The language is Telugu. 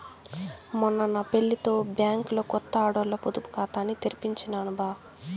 మొన్న నా పెళ్లితో బ్యాంకిలో కొత్త ఆడోల్ల పొదుపు కాతాని తెరిపించినాను బా